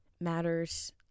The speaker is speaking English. matters